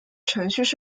程序